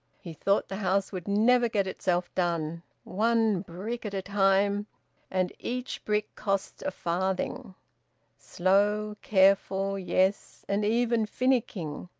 he thought the house would never get itself done one brick at a time and each brick cost a farthing slow, careful yes, and even finicking.